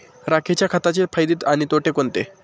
राखेच्या खताचे फायदे आणि तोटे कोणते?